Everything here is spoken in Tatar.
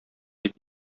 дип